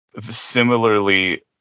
similarly